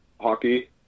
hockey